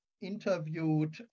interviewed